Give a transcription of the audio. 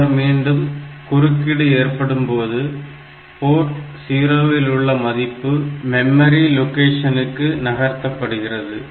பின்னர் மீண்டும் குறுக்கீடு ஏற்படும்போது போர்ட் 0 இல் உள்ள மதிப்பு மெமரி லொகேஷனுக்கு நகர்த்தப்படுகிறது